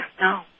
no